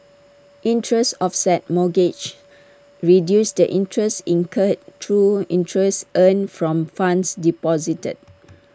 interest offset mortgages reduces the interest incurred through interest earned from funds deposited